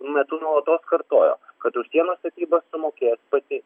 metu nuolatos kartojo kad už sienos statybą sumokės pati